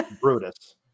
Brutus